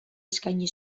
eskaini